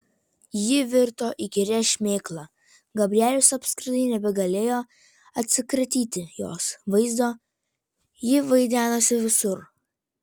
ji virto įkyria šmėkla gabrielius apskritai nebegalėjo atsikratyti jos vaizdo ji vaidenosi visur